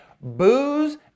booze